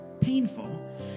painful